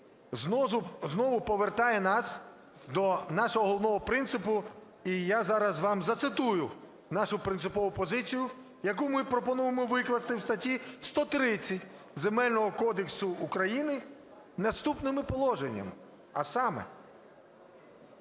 знову повертає нас до нашого головного принципу. І я зараз вам зацитую нашу принципову позицію, яку ми пропонуємо викласти в статті 130 Земельного кодексу України наступними положеннями. А саме: